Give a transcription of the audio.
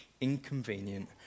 inconvenient